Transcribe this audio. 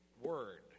word